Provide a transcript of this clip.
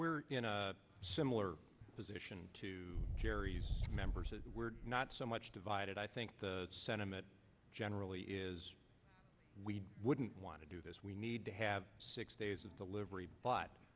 were in a similar position to gerry's members that were not so much divided i think the sentiment generally is we wouldn't want to do this we need to have six days of the livery but